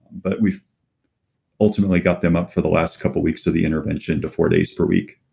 but we've ultimately got them up for the last couple of weeks of the intervention to four days per week.